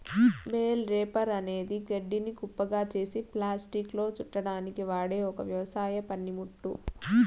bale wrapper అనేది గడ్డిని కుప్పగా చేసి ప్లాస్టిక్లో చుట్టడానికి వాడె ఒక వ్యవసాయ పనిముట్టు